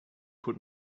put